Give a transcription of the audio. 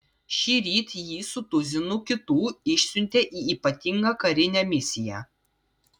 šįryt jį su tuzinu kitų išsiuntė į ypatingą karinę misiją